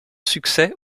succès